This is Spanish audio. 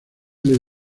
les